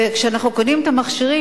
כשאנחנו קונים את המכשירים,